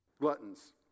gluttons